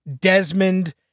Desmond